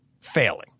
failing